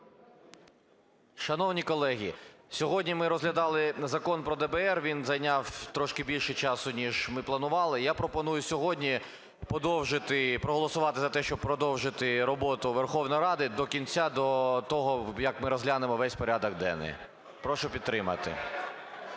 Шановні колеги, сьогодні ми розглядали Закон про ДБР, він зайняв трошки більше часу ніж ми планували, я пропоную сьогодні подовжити і проголосувати за те, щоб продовжити роботу Верховної Ради до кінця, до того, як ми розглянемо весь порядок денний. Прошу підтримати.